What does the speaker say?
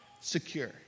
secure